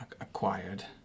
acquired